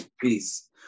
peace